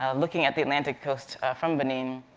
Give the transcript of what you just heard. um looking at the atlantic coast from benin.